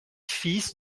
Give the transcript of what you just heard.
fils